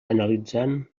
analitzant